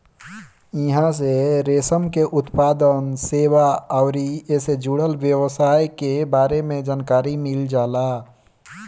इहां से रेशम के उत्पादन, सेवा अउरी एसे जुड़ल व्यवसाय के बारे में जानकारी मिल जाला